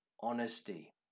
honesty